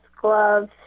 gloves